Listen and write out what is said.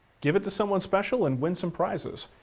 give it to someone special, and win some prizes.